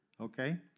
Okay